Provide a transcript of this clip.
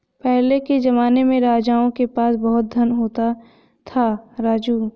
पहले के जमाने में राजाओं के पास बहुत धन होता था, राजू